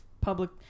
public